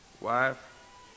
wife